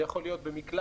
זה יכול להיות במקלט,